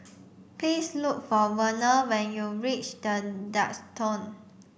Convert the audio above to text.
please look for Verner when you reach The Duxton